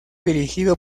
dirigido